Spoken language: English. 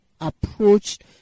approached